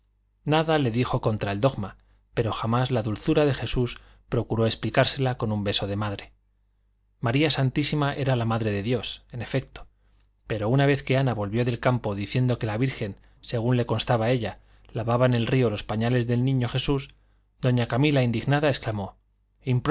nada le dijo contra el dogma pero jamás la dulzura de jesús procuró explicársela con un beso de madre maría santísima era la madre de dios en efecto pero una vez que ana volvió del campo diciendo que la virgen según le constaba a ella lavaba en el río los pañales del niño jesús doña camila indignada